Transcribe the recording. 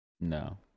No